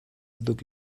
look